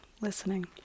listening